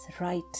right